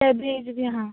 cabbage बी आसा